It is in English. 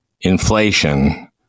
inflation